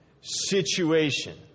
situation